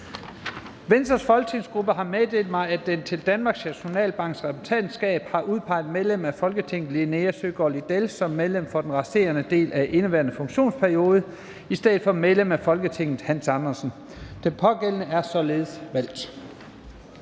Venstres folketingsgruppe har meddelt mig, at den til Danmarks Nationalbanks Repræsentantskab har udpeget medlem af Folketinget Linea Søgaard-Lidell som medlem for den resterende del af indeværende funktionsperiode i stedet for medlem af Folketinget Hans Andersen. Den pågældende er således valgt.